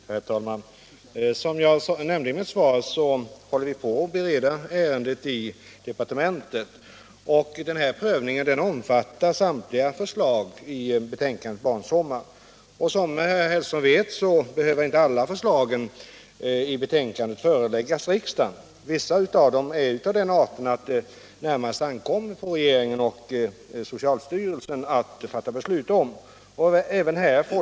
Herr talman! Som jag nämnde i mitt svar håller vi på att bereda ärendet i departementet, och den prövningen omfattar samtliga förslag i betänkandet Barns sommar. Som herr Hellström vet behöver inte alla förslag i ett betänkande föreläggas riksdagen. Vissa är av den arten att det närmast ankommer på regeringen och socialstyrelsen att fatta beslut om dem.